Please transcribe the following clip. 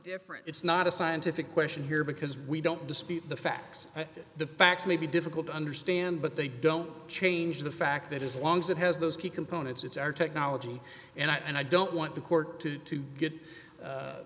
different it's not a scientific question here because we don't dispute the facts and the facts may be difficult to understand but they don't change the fact that as long as it has those key components it's our technology and i don't want the court to to get